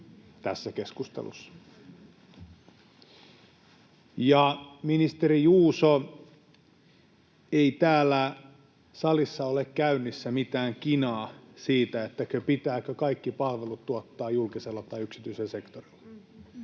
tässä keskustelussa. Ja ministeri Juuso, ei täällä salissa ole käynnissä mitään kinaa siitä, pitääkö kaikki palvelut tuottaa julkisella tai yksityisellä sektorilla.